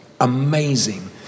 amazing